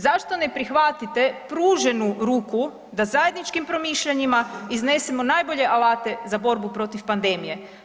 Zašto ne prihvatite pruženu ruku da zajedničkim promišljanjima iznesemo najbolje alate za borbu protiv pandemije?